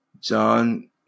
John